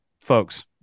Folks